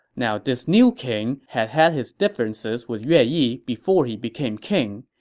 now this new king had had his differences with yue yi before he became king,